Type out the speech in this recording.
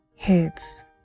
Heads